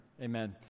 amen